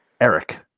Eric